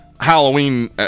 halloween